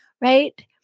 right